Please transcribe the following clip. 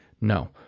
No